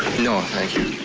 no, thank you.